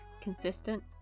consistent